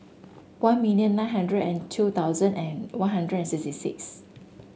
one million nine hundred and two thousand and One Hundred and sixty six